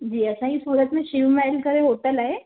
जी असांजी सूरत में शिव महल करे होटल आहे